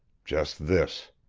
just this